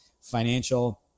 financial